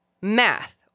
math